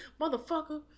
motherfucker